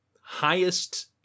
highest